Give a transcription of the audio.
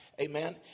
Amen